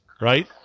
Right